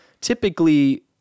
Typically